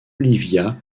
olivia